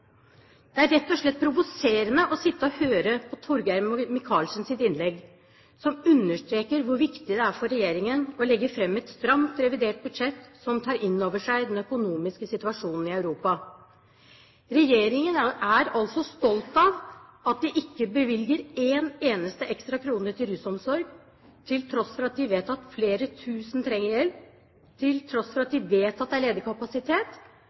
Det er rett og slett provoserende å sitte og høre på Torgeir Micaelsens innlegg der han understreker hvor viktig det er for regjeringen å legge fram et stramt revidert budsjett som tar inn over seg den økonomiske situasjonen i Europa. Regjeringen er altså stolt av at man ikke bevilger én eneste ekstra krone til rusomsorg, til tross for at man vet at flere tusen trenger hjelp, til tross for at man vet at det er ledig kapasitet,